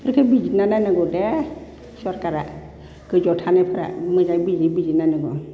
बेफोरखौ बिजिरना नायनांगौ दे सोरकारा गोजौआव थानायफोरा मोजाङै बिजिर बिजिर नायनांगौ